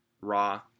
raw